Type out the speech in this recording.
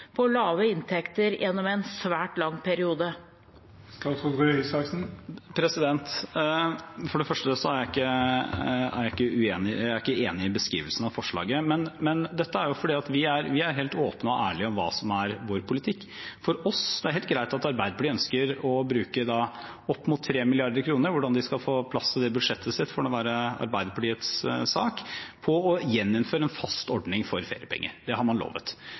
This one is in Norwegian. på lave inntekter gjennom en svært lang periode? For det første er jeg ikke enig i beskrivelsen av forslaget. Vi er helt åpne og ærlige om hva som er vår politikk. Det er helt greit at Arbeiderpartiet ønsker å bruke opp mot 3 mrd. kr på å gjeninnføre en fast ordning for feriepenger. Det har man lovet – hvordan de skal få plass til det i budsjettet sitt, får være Arbeiderpartiets sak. Det er ikke regjeringens politikk. Vi ønsker dette som en midlertidig ordning. Det betyr også at som med dagpenger, forhøyet sats, mener vi det